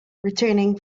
returning